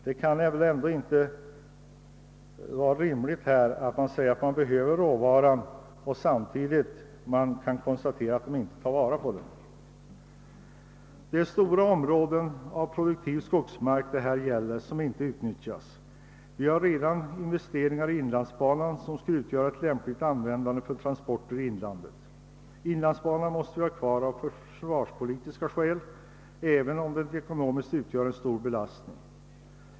Det kan väl ändå inte vara rimligt att säga att man behöver råvaran samtidigt som det kan konstateras att denna inte tillvaratas. Det är stora områden av produktiv skogsmark som här inte utnyttjas. Vi har redan investeringar i inlandsbanan, som är lämplig för transporter i inlandet. Inlandsbanan måste vi ha kvar av försvarspolitiska skäl, även om den ekonomiskt utgör en stor belastning.